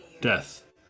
death